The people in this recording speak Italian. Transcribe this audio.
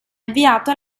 avviato